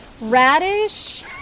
radish